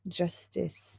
justice